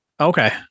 Okay